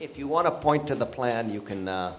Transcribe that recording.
if you want to point to the plan you can